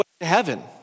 Heaven